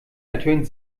ertönt